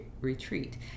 retreat